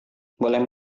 boleh